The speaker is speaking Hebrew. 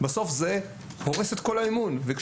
בסוף זה הורס את כל האמון.